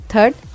Third